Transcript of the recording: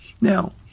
Now